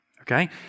okay